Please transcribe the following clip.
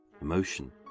emotion